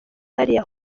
hariya